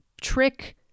trick